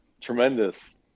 tremendous